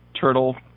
turtle